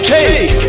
Take